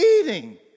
eating